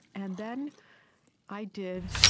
and then i did,